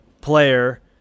player